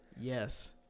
Yes